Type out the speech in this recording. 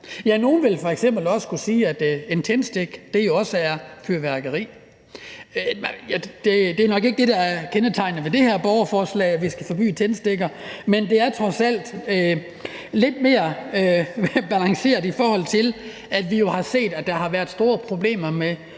nogle vil f.eks. kunne sige, at en tændstik også er fyrværkeri. Det er ikke det, der er kendetegnende ved det her borgerforslag, altså at vi skal forbyde tændstikker. Men det er trods alt lidt mere balanceret, i forhold til at vi jo har set, at der har været store problemer med